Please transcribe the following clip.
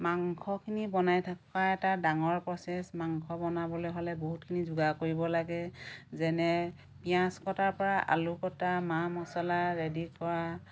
মাংসখিনি বনাই থকা এটা ডাঙৰ প্ৰচেছ মাংস বনাবলৈ হ'লে বহুতখিনি যোগাৰ কৰিব লাগে যেনে পিঁয়াজ কটাৰ পৰা আলু কটা মা মচলা ৰেডি কৰা